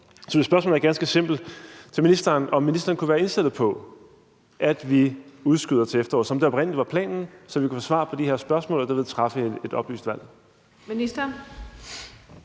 Så mit spørgsmål til ministeren er ganske simpelt, om ministeren kunne være indstillet på, at vi udskyder det til efteråret, som det oprindelig var planen, så vi kan få svar på de her spørgsmål og derved træffe et oplyst valg. Kl.